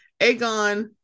Aegon